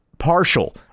Partial